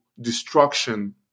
destruction